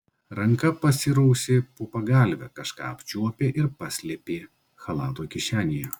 ranka pasirausė po pagalve kažką apčiuopė ir paslėpė chalato kišenėje